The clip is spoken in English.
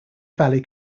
valley